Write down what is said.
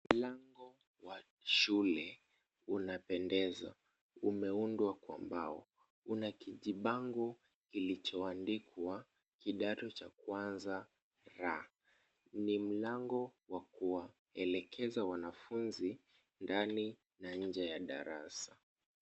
Mlango wa shule unapendeza. Umeundwa kwa mbao. Una kijibamngokilichoandikwa kidato cha kwanza R. Ni mlango wa kuwaelekeza wanafunzi ndani na nje ya darasa.